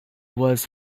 was